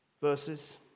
verses